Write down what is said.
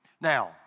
Now